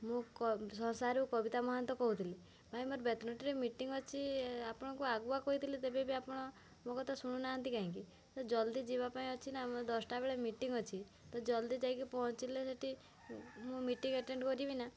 ମୁଁ କ ସସାଂରରୁ କବିତା ମହନ୍ତ କହୁଥିଲି ଭାଇ ମୋର ବେତନଠିରେ ମିଟିଂ ଅଛି ଆପଣଙ୍କୁ ଆଗୁଆ କହିଥିଲି ତେବେବି ଆପଣ ମୋ କଥା ଶୁଣୁନାହାନ୍ତି କାହିଁକି ତ ଜଲ୍ଦି ଯିବା ପାଇଁ ଅଛିନା ମୋର ଦଶଟା ବେଳେ ମିଟିଂ ଅଛି ତ ଜଲ୍ଦି ଯାଇକି ପହଞ୍ଚିଲେ ସେଇଠି ମୁଁ ମିଟିଂ ଆଟେଣ୍ଡ୍ କରିବିନା